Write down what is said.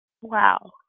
Wow